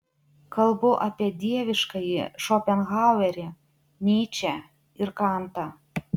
kalbu apie dieviškąjį šopenhauerį nyčę ir kantą